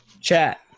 chat